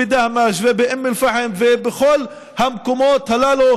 באופן נפלא, בכבוד רב.